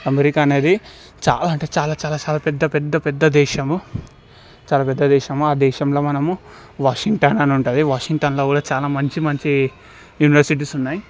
America అనేది చాలా అంటే చాలా చాలా చాలా పెద్ద పెద్ద పెద్ద దేశము చాలా పెద్ద దేశము ఆ దేశంలో మనము వాషింగ్టన్ అని ఉంటుంది వాషింగ్టన్లో కూడా చాలా మంచి మంచి యూనివర్సిటీస్ ఉన్నాయి